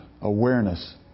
awareness